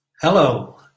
Hello